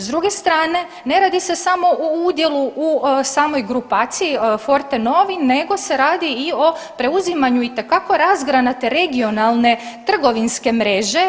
S druge strane, ne radi se samo o udjelu u samoj grupaciji Fortenovi, nego se radi i o preuzimanju itekako razgranate regionalne trgovinske mreže.